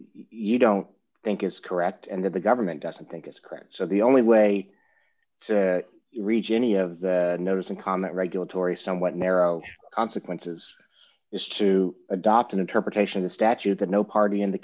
you don't think is correct and that the government doesn't think so the only way to reach any of the notice and comment regulatory somewhat narrow consequences is to adopt an interpretation of the statute that no party in the